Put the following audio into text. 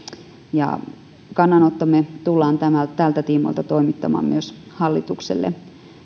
kannanottomme tullaan tämän tiimoilta toimittamaan myös hallitukselle